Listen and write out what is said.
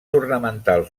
ornamentals